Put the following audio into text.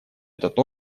этот